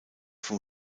vom